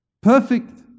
perfect